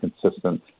consistent